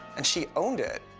and she owned it.